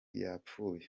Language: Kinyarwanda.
yapfuye